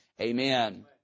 Amen